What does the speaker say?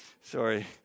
Sorry